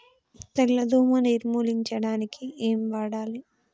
తెల్ల దోమ నిర్ములించడానికి ఏం వాడాలి?